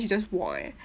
she just walk eh